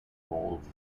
rolls